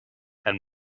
and